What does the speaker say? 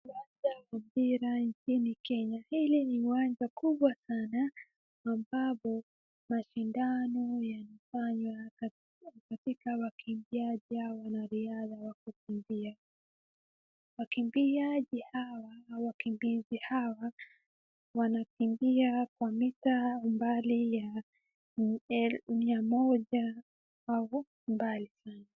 Uwanja wa mpira nchini Kenya, hili ni uwanja kubwa sana ambavyo masindano yalifanywa katika wakimbiaji au wanariadha wa kukimbia. Wakimbiaji hawa au wakimbizi hawa wanakimbia kwa mita mbali ya mia moja au mbali sana.